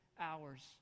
hours